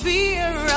fear